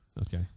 okay